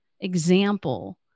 example